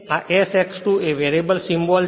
આ s X 2 તે variable symbol છે